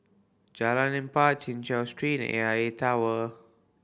Jalan Empat Chin Chew Street A I A Tower